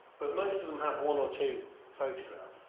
but most of them have one or two photograph